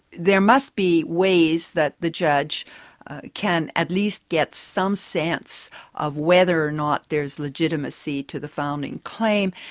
there must be ways that the judge can at least get some sense of whether or not there's legitimacy to the founding claim,